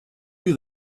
you